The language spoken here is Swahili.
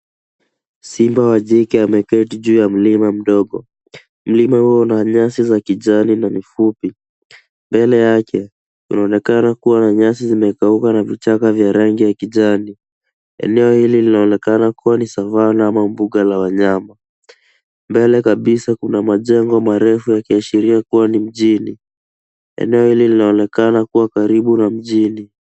Simba wa jike ameketi juu ya mlima mdogo. Mlima huo una nyasi za kijani na ni fupi. Mbele yake, unaonekana kuwa na nyasi zimekauka na vichaka vya rangi ya kijani. Eneo hili linaonekana kuwa ni Savannah ama mbuga la wanyama. Mbele kabisa, kuna majengo marefu yakiashiria kuwa ni mjini. Eneo hili linaonekana kuwa karibu na mjini.